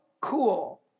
cool